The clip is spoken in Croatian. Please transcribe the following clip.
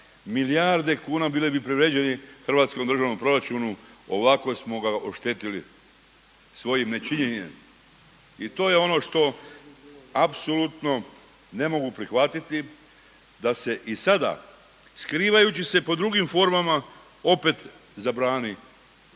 milijarde kuna bili bi privređeni hrvatskom državnom proračunu ovako smo ga oštetili svojim nečinjenjem. I to je ono što apsolutno ne mogu prihvatiti, da se i sada, skrivajući se pod drugim formama opet zabrani čišćenje